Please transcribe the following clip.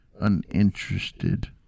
Uninterested